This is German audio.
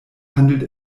handelt